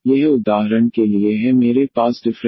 तो यह उदाहरण के लिए है मेरे पास डिफ़्रेंशियल इक्वैशन fDyeax है